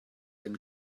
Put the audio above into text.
than